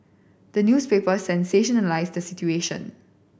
the newspapers sensationalise the situation